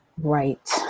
Right